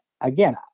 Again